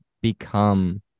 become